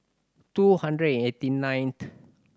two hundred and eighty ninth